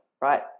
right